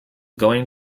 going